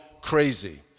crazy